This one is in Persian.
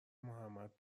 محمد